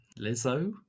Lizzo